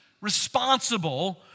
responsible